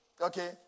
okay